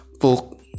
book